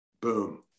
boom